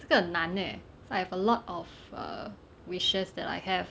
这个很难 leh cause I have a lot of err wishes that I have